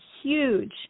huge